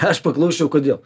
aš paklausčiau kodėl